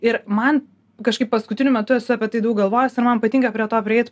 ir man kažkaip paskutiniu metu esu apie tai daug galvojus man patinka prie to prieit